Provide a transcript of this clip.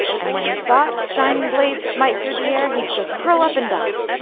and when he saw its shining blade smite through the air he'd just curl up and die.